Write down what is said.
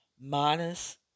minus